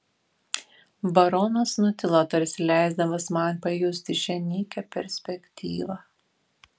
baronas nutilo tarsi leisdamas man pajusti šią nykią perspektyvą